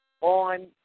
on